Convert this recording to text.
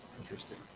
Interesting